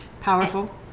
Powerful